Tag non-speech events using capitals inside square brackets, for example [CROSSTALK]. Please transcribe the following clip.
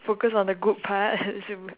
focus on the good part [LAUGHS]